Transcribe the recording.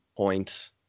point